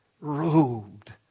robed